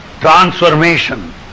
transformation